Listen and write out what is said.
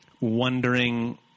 wondering